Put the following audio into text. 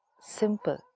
simple